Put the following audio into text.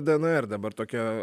dnr dabar tokia